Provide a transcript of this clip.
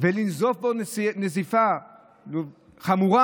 ולנזוף בו נזיפה חמורה.